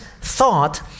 thought